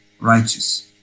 righteous